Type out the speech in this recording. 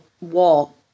wall